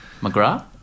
McGrath